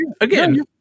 again